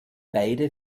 beide